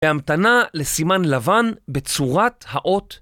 ‫והמתנה לסימן לבן בצורת האות